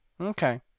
Okay